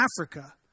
Africa